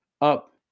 up